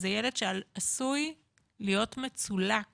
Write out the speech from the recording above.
זה ילד שעשוי להיות מצולק